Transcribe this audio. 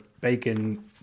Bacon